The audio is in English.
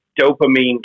dopamine